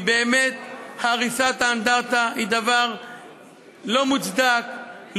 כי באמת הריסת האנדרטה היא דבר לא מוצדק,